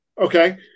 Okay